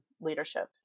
leadership